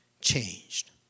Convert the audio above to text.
changed